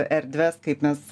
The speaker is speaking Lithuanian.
erdves kaip mes